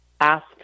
asked